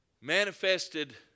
manifested